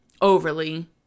overly